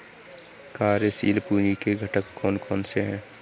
कार्यशील पूंजी के घटक कौन कौन से हैं?